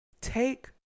Take